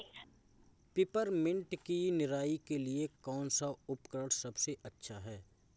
Peppermint की निराई के लिए कौन सा उपकरण सबसे अच्छा है?